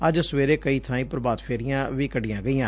ਅੱਜ ਸਵੇਰ ਕਈ ਬਾਈਂ ਪ੍ਰਭਾਤ ਫੇਰੀਆਂ ਵੀ ਕੱਢੀਆਂ ਗਈਆਂ